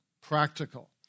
practical